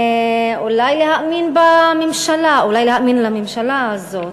אולי להאמין בממשלה, אולי להאמין לממשלה הזאת.